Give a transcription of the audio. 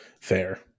Fair